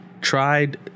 tried